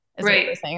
Right